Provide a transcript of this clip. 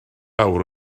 awr